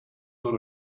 not